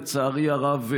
לצערי הרב,